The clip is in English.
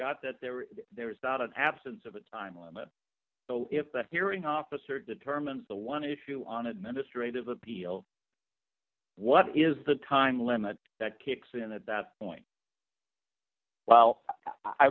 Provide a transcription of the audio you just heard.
got that there there is not an absence of a time limit so if the hearing officer determines the one issue on administrative appeal what is the time limit that kicks in the point well i